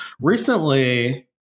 recently